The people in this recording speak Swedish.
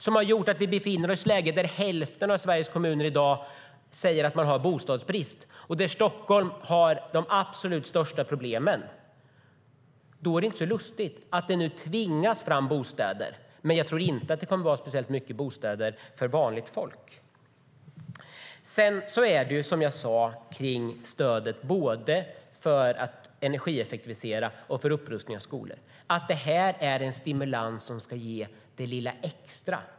Det har lett till att vi befinner oss i ett läge där hälften av Sveriges kommuner i dag säger att de har bostadsbrist. Och Stockholm har de absolut största problemen. Därför är det inte märkligt att det nu tvingas fram bostäder. Men jag tror inte att det kommer att bli särskilt många bostäder för vanligt folk. Som jag sa är stödet både för att energieffektivisera och för upprustning av skolor en stimulans som ska ge det lilla extra.